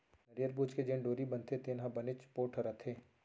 नरियर बूच के जेन डोरी बनथे तेन ह बनेच पोठ रथे